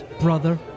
brother